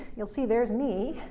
you'll see there's me.